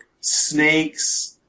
snakes